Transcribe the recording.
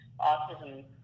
autism